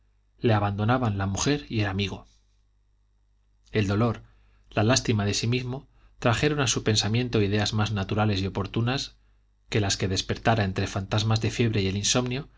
le abandonaban la mujer y el amigo el dolor la lástima de sí mismo trajeron a su pensamiento ideas más naturales y oportunas que las que despertara entre fantasmas de fiebre y de insomnio